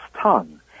tongue